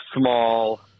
small